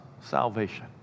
salvation